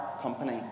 company